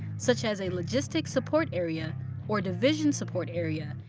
such as a logistics support area or division support area,